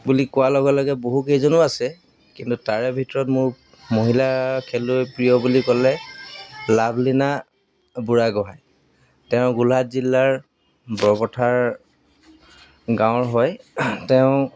বুলি কোৱাৰ লগে লগে বহুকেইজনো আছে কিন্তু তাৰে ভিতৰত মোৰ মহিলা খেলুৱৈ প্ৰিয় বুলি ক'লে লাভলীনা বুঢ়াগোহাঁই তেওঁ গোলহাট জিলাৰ বৰপথাৰ গাঁৱৰ হয় তেওঁ